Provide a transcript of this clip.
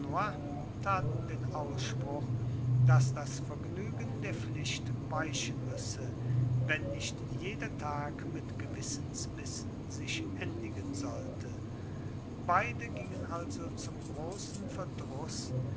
taten den ausspruch daß das vergnügen der pflicht weichen müsse wenn nicht jeder tag mit gewissensbissen sich endigen sollte beide gingen also zum großen